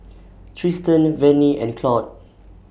Tristan Vannie and Claude